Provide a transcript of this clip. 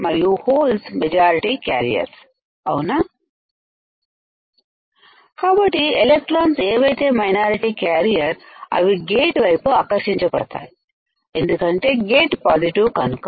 మరియు holes majority carriers అవునా కాబట్టి ఎలెక్ట్రాన్స్ఏవైతే మైనారిటీ క్యారియర్ అవి గేటు వైపు ఆకర్షింపబడతాయి ఎందుకంటే గేటు పాజిటివ్ కనుక